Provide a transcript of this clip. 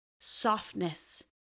Softness